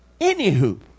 anywho